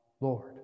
Lord